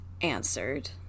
answered